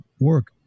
work